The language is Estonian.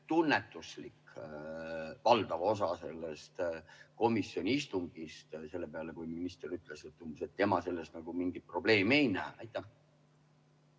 tunnetuslikult valdav osa sellest komisjoni istungist selle peale, et minister ütles, et tema selles nagu mingit probleemi ei näe?